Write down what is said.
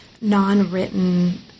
non-written